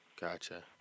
Gotcha